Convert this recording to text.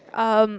um